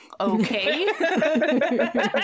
okay